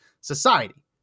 society